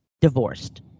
divorced